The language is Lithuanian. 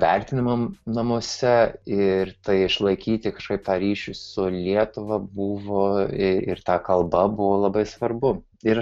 vertinama namuose ir tai išlaikyti kažkaip tą ryšį su lietuva buvo ir ta kalba buvo labai svarbu ir